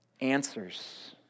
answers